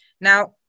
Now